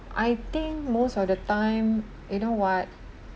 I think most of the time you know what